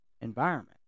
environment